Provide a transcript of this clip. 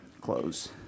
close